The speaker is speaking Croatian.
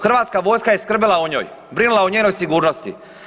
Hrvatska vojska je skrbila o njoj, brinula o njenoj sigurnosti.